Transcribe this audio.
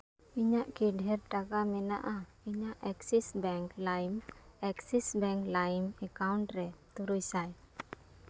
ᱤᱧᱟᱹᱜ ᱠᱤ ᱰᱷᱮᱨ ᱴᱟᱠᱟ ᱢᱮᱱᱟᱜᱼᱟ ᱤᱧᱟᱹᱜ ᱮᱠᱥᱤᱥ ᱵᱮᱝᱠ ᱞᱟᱭᱤᱢ ᱮᱠᱥᱤᱥ ᱵᱮᱝᱠ ᱞᱟᱭᱤᱢ ᱮᱠᱟᱣᱩᱱᱴ ᱨᱮ ᱛᱩᱨᱩᱭ ᱥᱟᱭ